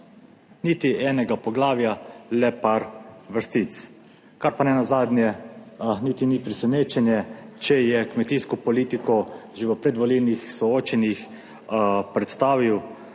Niti enega poglavja, le par vrstic, kar pa nenazadnje niti ni presenečenje, če je kmetijsko politiko že v predvolilnih soočenjih predstavil